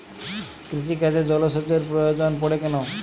কৃষিকাজে জলসেচের প্রয়োজন পড়ে কেন?